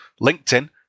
LinkedIn